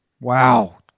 Wow